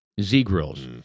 Z-Grills